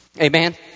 Amen